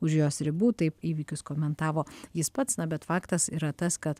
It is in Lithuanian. už jos ribų taip įvykius komentavo jis pats na bet faktas yra tas kad